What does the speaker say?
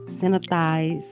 synthesize